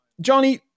Johnny